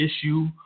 issue